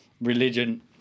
religion